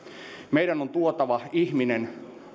kustannustehokkuutta meidän on tuotava ihminen